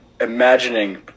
imagining